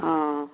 অঁ